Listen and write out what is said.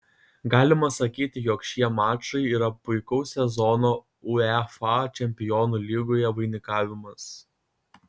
galima sakyti jog šie mačai yra puikaus sezono uefa čempionų lygoje vainikavimas